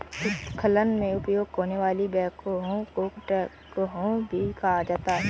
उत्खनन में उपयोग होने वाले बैकहो को ट्रैकहो भी कहा जाता है